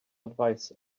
advise